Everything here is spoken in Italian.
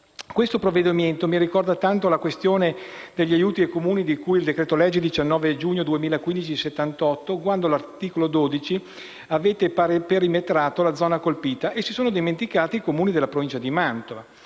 Questo provvedimento mi ricorda tanto la questione degli aiuti ai Comuni di cui al decreto-legge del 19 giugno 2015, n 78, quando all'articolo 12 avete perimetrato la zona colpita e sono stati dimenticati i Comuni della Provincia di Mantova.